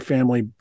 Family